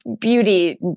beauty